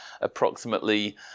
approximately